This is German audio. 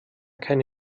keine